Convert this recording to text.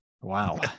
Wow